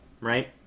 right